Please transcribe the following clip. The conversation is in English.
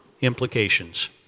implications